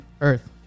Earth